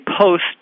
post